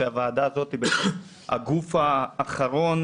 שהוועדה הזאת היא בהחלט הגוף האחרון,